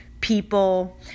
people